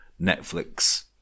Netflix